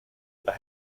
las